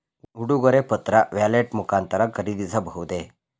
ಉಡುಗೊರೆ ಪತ್ರ ವ್ಯಾಲೆಟ್ ಮುಖಾಂತರ ಖರೀದಿಸಬಹುದೇ?